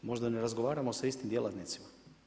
Možda ne razgovaramo sa istim djelatnicima?